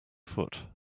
foot